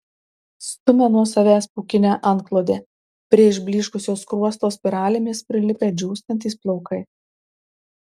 stumia nuo savęs pūkinę antklodę prie išblyškusio skruosto spiralėmis prilipę džiūstantys plaukai